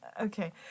Okay